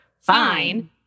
fine